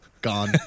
gone